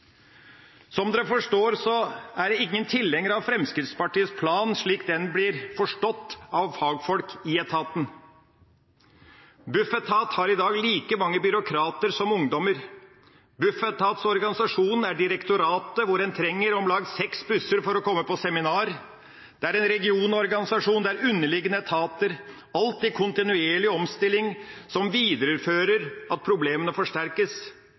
Som dere forstår, er jeg ingen tilhenger av Fremskrittspartiets plan slik den blir forstått av fagfolk i etaten. Bufetat har i dag like mange byråkrater som ungdommer. Bufetats organisasjon er direktoratet hvor en trenger om lag seks busser for å komme på seminar. Det er en regionorganisasjon der underliggende etater alltid er i kontinuerlig omstilling, noe som medfører at problemene forsterkes,